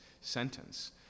sentence